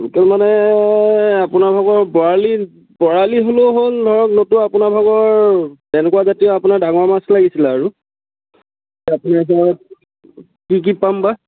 local মানে আপোনালোকৰ বৰালি বৰালি হ'লেও হ'ব নতুবা আপোনাৰ ভাগৰ তেনেকুৱা জাতীয় আপোনাৰ ডাঙৰ মাছ লাগিছিলে আৰু কি কি পাম বা